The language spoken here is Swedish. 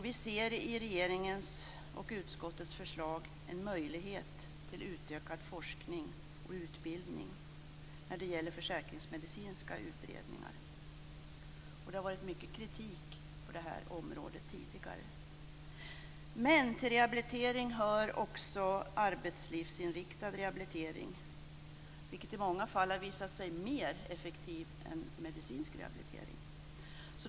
Vi ser i regeringens och utskottets förslag en möjlighet till utökad forskning och utbildning när det gäller försäkringsmedicinska utredningar. Det har varit mycket kritik på det här området tidigare. Men till rehabilitering hör också arbetslivsinriktad rehabilitering, vilket i många fall har visat sig mer effektivt än medicinsk rehabilitering.